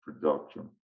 production